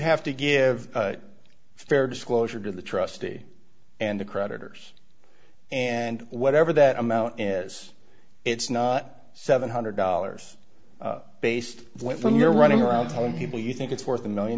have to give fair disclosure to the trustee and the creditors and whatever that amount is it's not seven hundred dollars based when you're running around telling people you think it's worth a one million